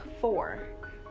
four